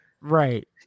Right